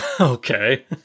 Okay